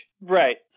right